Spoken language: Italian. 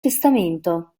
testamento